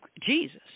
Jesus